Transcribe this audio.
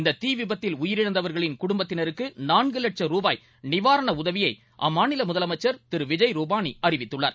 இந்த தீவிபத்தில் உயிரிழந்தவர்களின் குடும்பத்தினருக்கு நான்கு வட்சம் ரூபாய் நிவாரண உதவியை அம்மாநில முதலமைச்சர் திரு விஜய் ரூபானி அறிவித்துள்ளார்